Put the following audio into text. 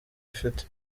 afite